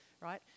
right